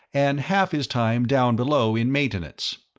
and half his time down below in maintenance.